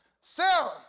Sarah